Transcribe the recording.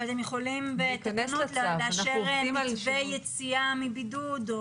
אבל הם יכולים בתקנות לאשר מתווה יציאה מבידוד.